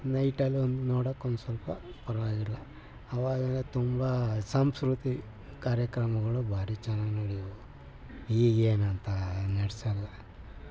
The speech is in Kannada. ನೈಟ್ ಅಲ್ಲೊಂದು ನೋಡೋಕೊಂದು ಸ್ವಲ್ಪ ಪರವಾಗಿಲ್ಲ ಆವಾಗೆಲ್ಲ ತುಂಬ ಸಾಂಸ್ಕೃತಿಕ ಕಾರ್ಯಕ್ರಮಗಳು ಭಾರಿ ಚೆನ್ನಾಗಿ ನಡೆಯೋದು ಈಗೇನು ಅಂತ ನಡೆಸಲ್ಲ